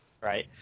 right